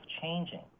changing